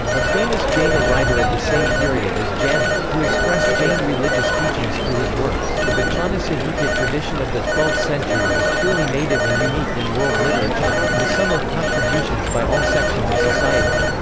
a famous jaina writer the same period is janna, who expressed jain religious teachings through his works the vachana sahitya tradition of the twelfth century is purely native and unique in world literature, and the sum of contributions by all sections of society.